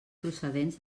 procedents